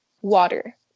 Water